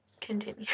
continue